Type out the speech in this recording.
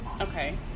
Okay